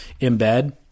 embed